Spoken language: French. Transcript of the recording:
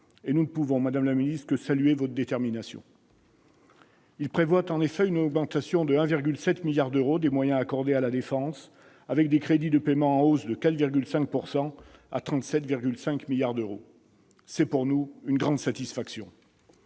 et nous ne pouvons, madame la ministre, que saluer votre détermination. Ce budget prévoit, en effet, une augmentation de 1,7 milliard d'euros des moyens accordés à la défense, avec des crédits de paiement en hausse de 4,5 %, s'établissant à 37,5 milliards d'euros. C'est pour nous une grande satisfaction